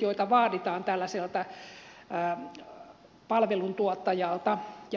joita vaaditaan tällaiselta palvelun tuottajalta ja kunnalta